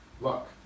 Look